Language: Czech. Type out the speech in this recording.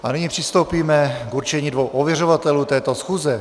A nyní přistoupíme k určení dvou ověřovatelů této schůze.